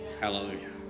Hallelujah